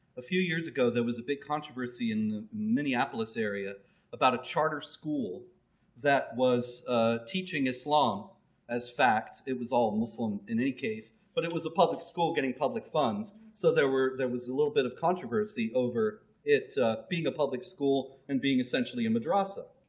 a few years ago there was a big controversy in the minneapolis area about a charter school that was teaching islam as fact. it was all muslim in any case but it was a public school getting public funds so there were there was a little bit of controversy over it being a public school and being essentially a madrasah.